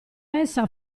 essa